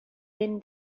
din